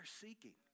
seeking